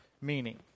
meaning